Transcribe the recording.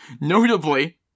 Notably